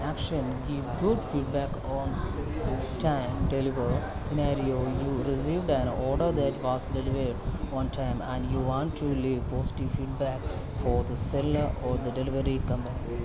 action G good feedback on time deliver scenario you received an order the par deliver on time you want to leave positive feedback for the sell a the delivery cum